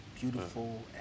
beautiful